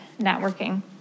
networking